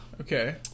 Okay